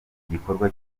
igikorwa